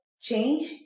change